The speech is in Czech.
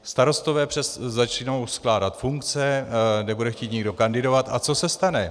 Starostové začnou skládat funkce, nebude chtít nikdo kandidovat a co se stane?